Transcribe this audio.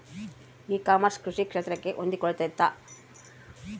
E commerce ಕೃಷಿ ಕ್ಷೇತ್ರಕ್ಕೆ ಹೊಂದಿಕೊಳ್ತೈತಾ?